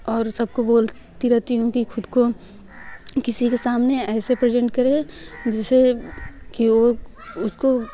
और सब को बोलती रहती हूँ कि ख़ुद को किसी के सामने ऐसे प्रेजेंट करें जैसे कि वो उसको